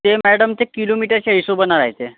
ते मॅडम ते किलोमीटरच्या हिशेबाने राहते